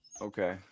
Okay